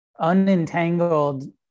unentangled